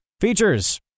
Features